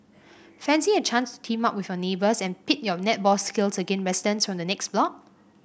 fancy a chance to team up with your neighbours and pit your netball skills against residents from the next block